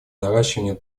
наращивания